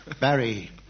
Barry